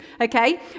okay